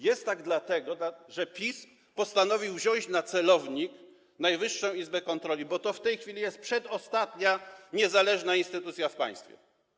Jest tak dlatego, że PiS postanowił wziąć na celownik Najwyższą Izbę Kontroli, bo to w tej chwili jest przedostatnia niezależna instytucja w państwie.